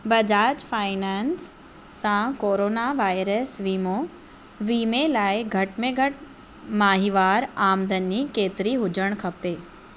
Bajaj finance सां corona virus वीमो वीमे लाइ घति में घति माहिवार आमदनी केतिरी हुजण खपे